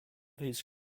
his